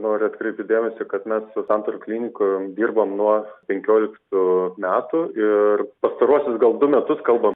noriu atkreipti dėmesį kad mes su santarų klinikom dirbam nuo penkioliktų metų ir pastaruosius gal du metus kalbant